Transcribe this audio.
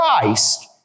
Christ